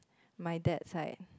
my dad side